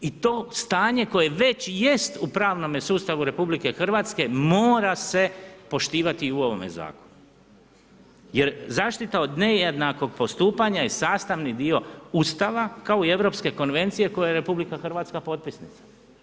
I to stanje koje već jest u pravnome sustavu RH mora se poštovati i u ovome zakonu jer zaštita o nejednakog postupanja jest sastavni dio Ustava kao i Europske konvencije kojoj je RH potpisnica.